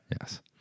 Yes